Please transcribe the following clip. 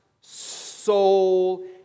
soul